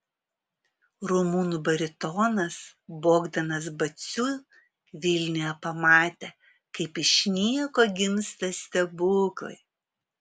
rumunų baritonas bogdanas baciu vilniuje pamatė kaip iš nieko gimsta stebuklai